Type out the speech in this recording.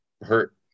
hurt –